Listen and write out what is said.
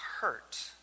hurt